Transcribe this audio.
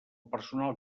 personal